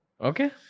Okay